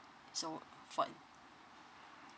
so for an